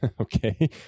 okay